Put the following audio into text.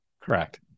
Correct